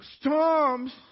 Storms